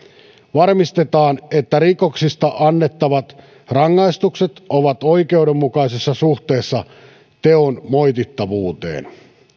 varmistetaan että rikoksista annettavat rangaistukset ovat oikeudenmukaisessa suhteessa teon moitittavuuteen